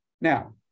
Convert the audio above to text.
Now